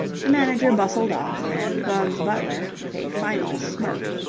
the manager bustled off, and bugs butler, with a final smirk,